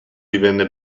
divenne